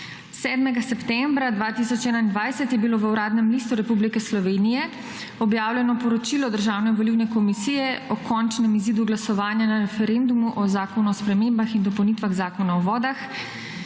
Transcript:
7. septembra 2012 je bilo v Uradnem listu Republike Slovenije objavljeno poročilo državne volilne komisije o končnem izidu glasovanja na referendumu o Zakonu o spremembah in dopolnitvah Zakona o vodah,